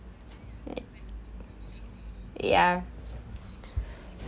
ya